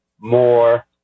more